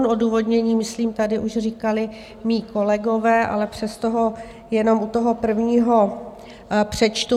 Odůvodnění myslím tady už říkali mí kolegové, ale přesto ho jenom u toho prvního přečtu.